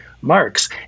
Marx